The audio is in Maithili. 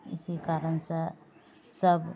इसी कारणसँ सब